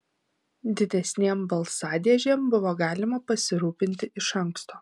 didesnėm balsadėžėm buvo galima pasirūpinti iš anksto